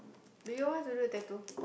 do you all want to do tattoo